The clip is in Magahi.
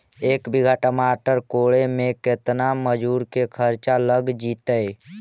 एक बिघा टमाटर कोड़े मे केतना मजुर के खर्चा लग जितै?